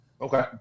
Okay